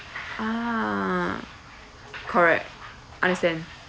ah correct understand